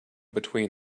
between